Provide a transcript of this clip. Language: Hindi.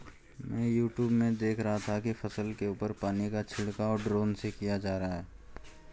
मैं यूट्यूब में देख रहा था कि फसल के ऊपर पानी का छिड़काव ड्रोन से किया जा रहा है